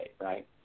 right